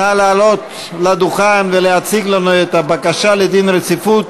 נא לעלות על הדוכן ולהציג לנו את הבקשה לדין רציפות,